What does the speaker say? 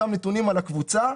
אותם נתונים על הקבוצה.